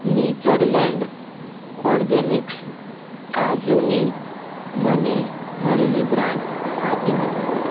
Natureland Organics કાજુની મને મળેલી બ્રાન્ડ સાચી નથી